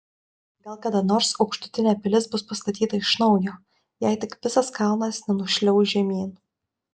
gal kada nors aukštutinė pilis bus pastatyta iš naujo jei tik visas kalnas nenušliauš žemyn